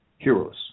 Heroes